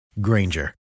Granger